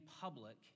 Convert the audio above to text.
public